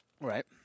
Right